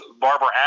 Barbara